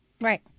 Right